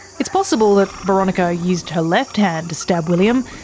it's possible that boronika used her left hand to stab william.